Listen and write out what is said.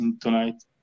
tonight